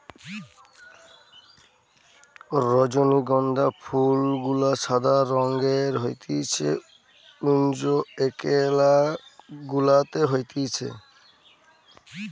রজনীগন্ধা ফুল গুলা সাদা রঙের হতিছে উষ্ণ এলাকা গুলাতে হতিছে